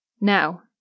Now